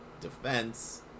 Defense